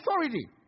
authority